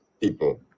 people